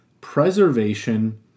preservation